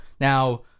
Now